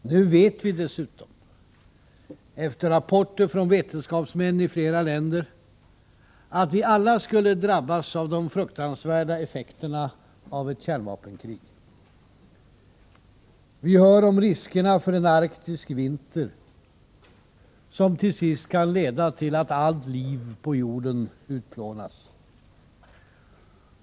Nu vet vi dessutom, efter rapporter från vetenskapsmän i flera länder, att vi alla skulle drabbas av de fruktansvärda effekterna av ett kärnvapenkrig. Vi hör om riskerna för en arktisk vinter, som till sist kan leda till att allt liv på jorden utplånas.